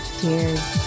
Cheers